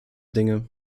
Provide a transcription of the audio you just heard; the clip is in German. dinge